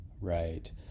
Right